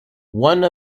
one